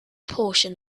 portion